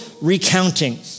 recounting